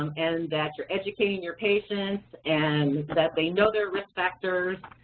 um and that you're educating your patients, and that they know their risk factors,